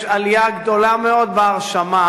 יש עלייה גדולה מאוד בהרשמה,